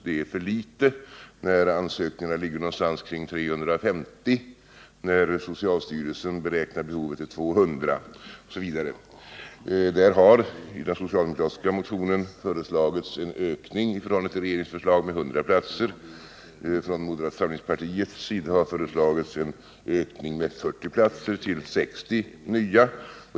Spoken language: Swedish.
Det är dock för litet när ansökningarna ligger någonstans kring 350, när socialstyrelsen beräknar behovet till 200, osv. I den socialdemokratiska motionen har föreslagits en ökning i förhållande till regeringsförslaget med 100 platser, medan moderata samlingspartiet har föreslagit en ökning med 40 platser, till 60 nya.